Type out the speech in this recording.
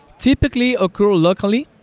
typically occur locally.